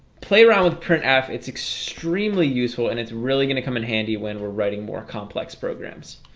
play around with printf. it's extremely useful and it's really going to come in handy when we're writing more complex programs